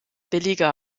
billiger